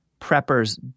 preppers